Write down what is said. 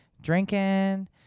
drinking